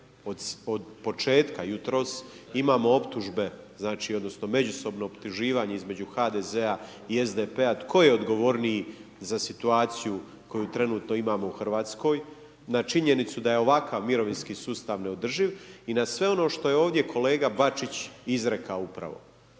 od početka jutros imamo optužbe znači odnosno međusobno optuživanje između HDZ-a i SDP-a tko je odgovorniji za situaciju koju trenutno imamo u Hrvatskoj na činjenicu da je ovakav mirovinski sustav neodrživ i na sve ono što je ovdje kolega Bačić izrekao upravo.